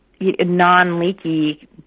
non-leaky